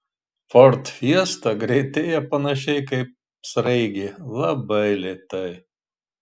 ford fiesta greitėja panašiai kaip sraigė labai lėtai